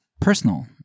personal